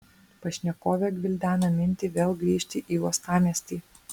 pašnekovė gvildena mintį vėl grįžti į uostamiestį